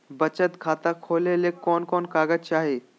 बचत खाता खोले ले कोन कोन कागज चाही?